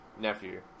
Nephew